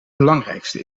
belangrijkste